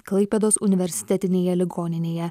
klaipėdos universitetinėje ligoninėje